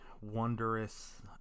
wondrous